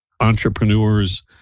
entrepreneurs